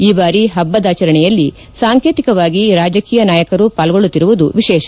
ಈ ಬಾರಿ ಹಬ್ಬದಾಚರಣೆಯಲ್ಲಿ ಸಾಂಕೇತಿಕವಾಗಿ ರಾಜಕೀಯ ನಾಯಕರೂ ಪಾಲ್ಗೊಳ್ಳುತ್ತಿರುವುದು ವಿಶೇಷ